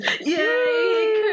yay